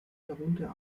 darunter